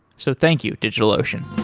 so thank you, digitalocean